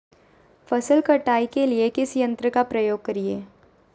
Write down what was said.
फसल कटाई के लिए किस यंत्र का प्रयोग करिये?